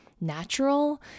natural